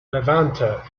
levanter